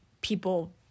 people